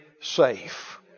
safe